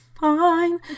fine